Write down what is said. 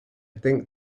think